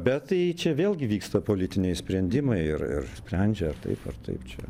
bet tai čia vėlgi vyksta politiniai sprendimai ir ir sprendžia ar taip ar taip čia